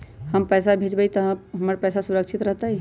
हम पैसा भेजबई तो हमर पैसा सुरक्षित रहतई?